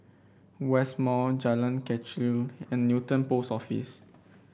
West Mall Jalan Kechil and Newton Post Office